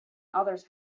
others